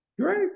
Great